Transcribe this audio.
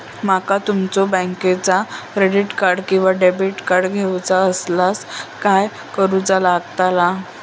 माका तुमच्या बँकेचा क्रेडिट कार्ड किंवा डेबिट कार्ड घेऊचा असल्यास काय करूचा लागताला?